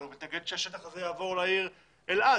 הוא מתנגד שהשטח הזה יעבור לעיר אלעד.